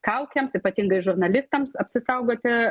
kaukėms ypatingai žurnalistams apsisaugoti